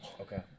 Okay